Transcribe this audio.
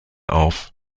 auf